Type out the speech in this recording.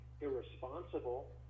irresponsible